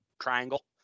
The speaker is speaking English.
triangle